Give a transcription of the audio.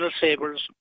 savers